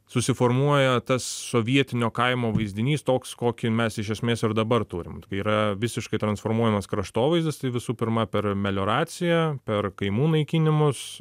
susiformuoja tas sovietinio kaimo vaizdinys toks kokį mes iš esmės ir dabar turim yra visiškai transformuojamas kraštovaizdis tai visų pirma per melioraciją per kaimų naikinimus